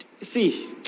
See